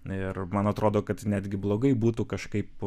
na ir man atrodo kad netgi blogai būtų kažkaip